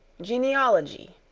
genealogy,